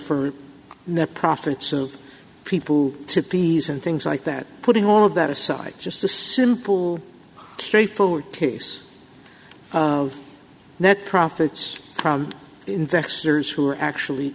the profits of people to please and things like that putting all of that aside just the simple straightforward case of that profits from investors who are actually